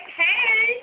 hey